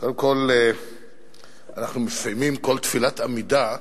אנחנו מסיימים כל תפילת עמידה,